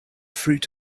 fruit